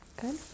Good